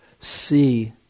see